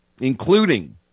including